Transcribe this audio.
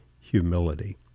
humility